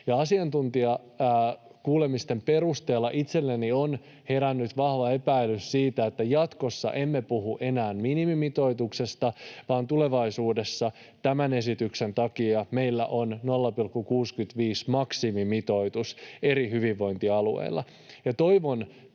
Asiantuntijakuulemisten perusteella itselleni on herännyt vahva epäilys siitä, että jatkossa emme puhu enää minimimitoituksesta vaan tulevaisuudessa tämän esityksen takia meillä 0,65 on maksimimitoitus eri hyvinvointialueilla.